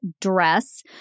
DRESS